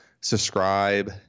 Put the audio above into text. subscribe